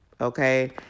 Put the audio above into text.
okay